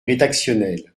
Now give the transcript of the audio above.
rédactionnel